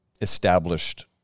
established